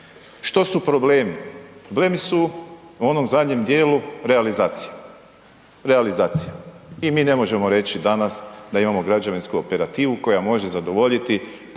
Što su problemi? Problemi su u onom zadnjem djelu realizacije, realizacije i mi ne možemo reći danas da imamo građevinsku operativu koja može zadovoljiti potrebe